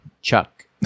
Chuck